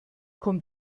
komm